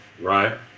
right